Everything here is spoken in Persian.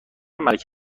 ملک